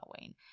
wayne